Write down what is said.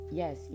yes